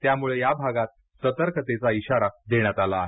त्यामुळे या भागात सतर्कतेचा इशारा देण्यात आला आहे